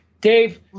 dave